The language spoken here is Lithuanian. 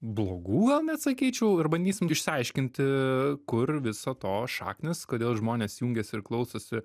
blogų gal net sakyčiau ir bandysim išsiaiškinti kur viso to šaknys kodėl žmonės jungiasi ir klausosi